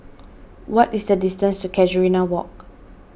what is the distance to Casuarina Walk